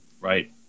right